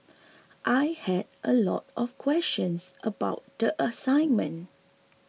I had a lot of questions about the assignment